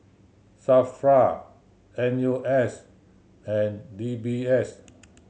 SAFRA N U S and D B S